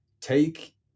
take